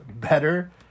better